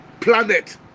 planet